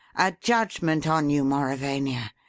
a judgment on you, mauravania.